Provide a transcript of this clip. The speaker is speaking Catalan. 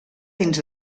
dins